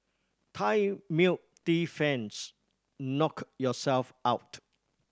Thai milk tea fans knock yourselves out